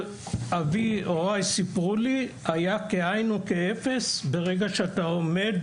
שהוריי סיפרו לי היה כאין וכאפס ברגע שאתה עומד